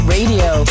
Radio